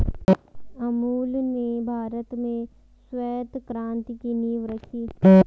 अमूल ने भारत में श्वेत क्रान्ति की नींव रखी